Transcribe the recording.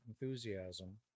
enthusiasm